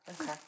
Okay